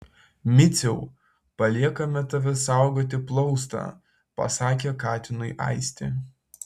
miciau paliekame tave saugoti plaustą pasakė katinui aistė